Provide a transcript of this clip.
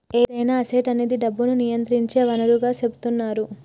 ఏదైనా అసెట్ అనేది డబ్బును నియంత్రించే వనరుగా సెపుతున్నరు